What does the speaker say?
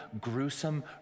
gruesome